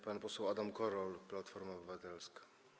Pan poseł Adam Korol, Platforma Obywatelska.